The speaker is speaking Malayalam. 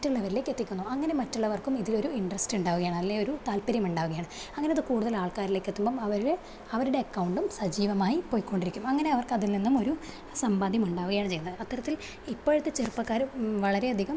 മറ്റുള്ളവരിലേക്ക് എത്തിക്കുന്നു അങ്ങനെ മറ്റുള്ളവർക്കും ഇതിലൊരു ഇൻട്രസ്റ്റ് ഉണ്ടാവുകയാണ് അല്ലെലൊരു താല്പര്യം ഉണ്ടാവുകയാണ് അങ്ങനെ ഇത് കൂടുതൽ ആൾക്കാരിലേക്ക് എത്തുമ്പം അവരത് അവരുടെ അക്കൗണ്ടും സജീവമായി പോയ്ക്കൊണ്ടിരിക്കും അങ്ങനെ അവർക്ക് അതിൽ നിന്നൊരു സമ്പാദ്യം ഉണ്ടാവുകയാണ് ചെയ്യുന്നത് അത്തരത്തിൽ ഇപ്പോഴത്തെ ചെറുപ്പക്കാര് വളരെയധികം